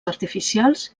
artificials